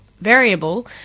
variable